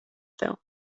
tev